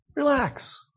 Relax